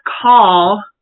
call